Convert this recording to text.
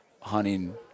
hunting